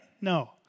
No